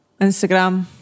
Instagram